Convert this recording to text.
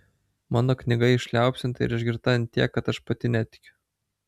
mano knyga išliaupsinta ir išgirta ant tiek kad aš pati netikiu